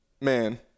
man